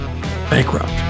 Bankrupt